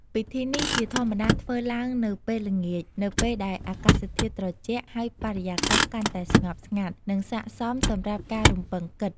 ពិធីនេះជាធម្មតាធ្វើឡើងនៅពេលល្ងាច នៅពេលដែលអាកាសធាតុត្រជាក់ ហើយបរិយាកាសកាន់តែស្ងប់ស្ងាត់ និងស័ក្តិសមសម្រាប់ការរំពឹងគិត។